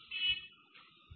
மாணவர்